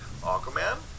Aquaman